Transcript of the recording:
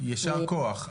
יישר כוח.